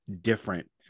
different